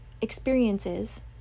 experiences